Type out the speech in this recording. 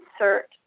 insert